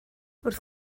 wrth